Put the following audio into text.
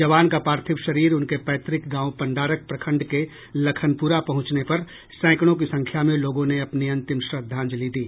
जवान का पार्थिव शरीर उनके पैतृक गांव पंडारक प्रखंड के लखनपुरा पहुंचने पर सैंकड़ों की संख्या में लोगों ने अपनी अंतिम श्रद्धांजलि दी